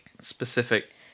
specific